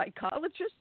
psychologist